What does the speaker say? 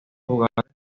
jugadores